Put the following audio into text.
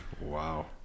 Wow